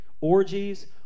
orgies